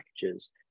Packages